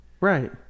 Right